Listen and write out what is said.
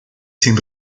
sin